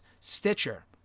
Stitcher